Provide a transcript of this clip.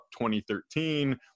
2013